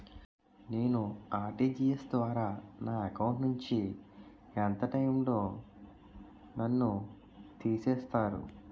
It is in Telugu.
నేను ఆ.ర్టి.జి.ఎస్ ద్వారా నా అకౌంట్ నుంచి ఎంత టైం లో నన్ను తిసేస్తారు?